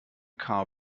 car